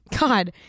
god